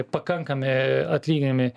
pakankami atlyginimai